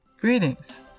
Greetings